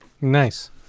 Nice